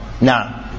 Now